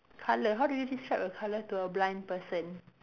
colour how do you describe a colour to a blind person